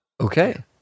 Okay